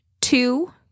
Two